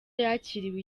yakiriwe